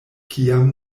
kiam